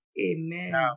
Amen